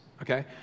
okay